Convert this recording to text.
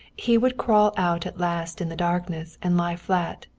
he would crawl out at last in the darkness and lie flat,